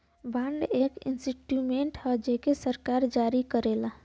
bond एक instrument हौ जेके सरकार जारी करला